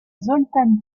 zoltán